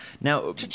Now